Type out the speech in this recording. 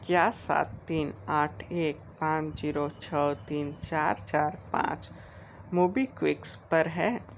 क्या सात तीन आठ एक पाँच जीरो छः तीन चार चार पाँच मोबिक्विक्स पर है